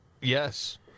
Yes